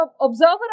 observer